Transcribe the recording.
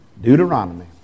Deuteronomy